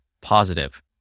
positive